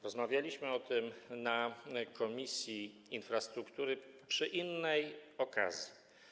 Rozmawialiśmy o tym w Komisji Infrastruktury przy innej okazji.